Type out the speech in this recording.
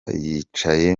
yicaye